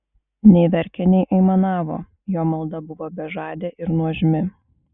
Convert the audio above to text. nei verkė nei aimanavo jo malda buvo bežadė ir nuožmi